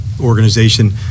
organization